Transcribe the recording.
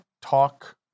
talk